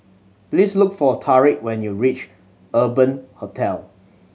please look for Tariq when you reach Urban Hostel